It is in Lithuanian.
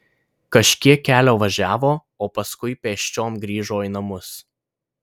kažkiek kelio važiavo o paskui pėsčiom grįžo į namus